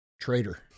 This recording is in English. Traitor